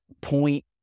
point